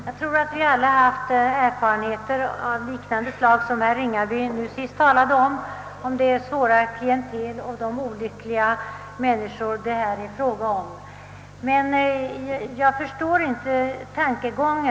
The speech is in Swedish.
Herr talman! Jag tror att vi alla har erfarenheter av det slag som herr Ringaby nyss redovisade då det gäller det svåra klientel och de olyckliga människor det här är fråga om. Men jag förstår inte herr Ringabys tankegång.